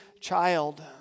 child